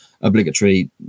obligatory